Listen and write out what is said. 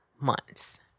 months